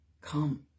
Come